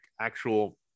actual